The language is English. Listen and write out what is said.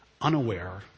unaware